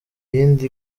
iyindi